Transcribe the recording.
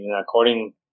According